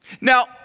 Now